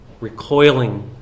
recoiling